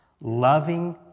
Loving